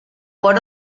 por